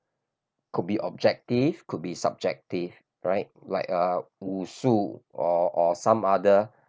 could be objective could be subjective right like uh 武术 or or some other